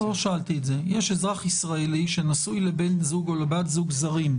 יש אזרח ישראלי שנשוי לבן זוג או לבת זוג זרים.